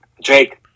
Jake